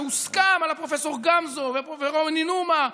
שהוסכם על פרופ' גמזו ורוני נומה,